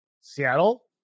Seattle